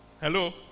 Hello